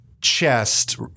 chest